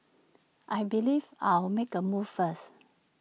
I believe I'll make A move first